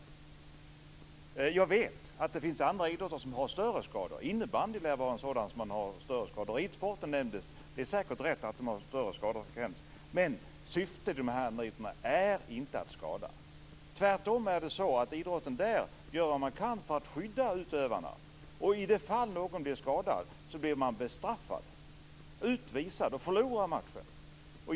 Men jag vet att det finns idrotter som har större skador. Innebandy lär vara en sport med större skador. Ridsporten nämndes också. Det är säkert rätt att skadefrekvensen är större där men syftet där är inte att skada. Tvärtom gör man allt man kan inom den idrotten för att skydda utövarna. Ifall någon blir skadad blir man bestraffad och utvisad och förlorar matchen.